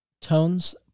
Tone's